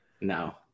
No